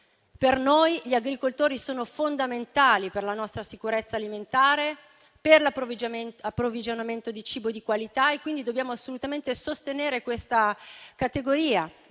Per noi gli agricoltori sono fondamentali per la nostra sicurezza alimentare e per l'approvvigionamento di cibo di qualità, quindi dobbiamo sostenere questa categoria.